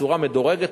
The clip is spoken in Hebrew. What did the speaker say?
בצורה מדורגת,